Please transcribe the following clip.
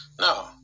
No